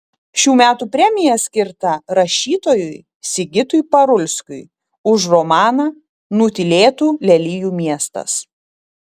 šių metų premija skirta rašytojui sigitui parulskiui už romaną nutylėtų lelijų miestas